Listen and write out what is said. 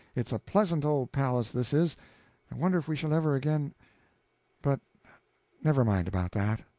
it's a pleasant old palace, this is i wonder if we shall ever again but never mind about that.